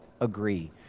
agree